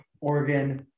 Oregon